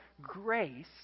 grace